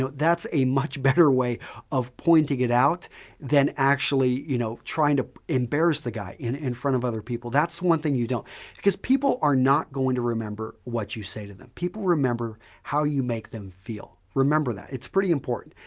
that's a much better way of pointing it out than actually you know trying to embarrass the guy in in front of other people. that's one thing you don't because people are not going to remember what you say to them. people remember how you make them feel. remember that. it's pretty important,